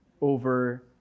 over